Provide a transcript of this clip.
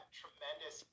tremendous